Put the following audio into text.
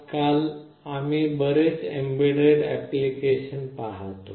आजकाल आम्ही बरेच एम्बेडेड अप्लिकेशन्स पाहतो